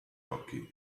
occhi